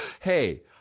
Hey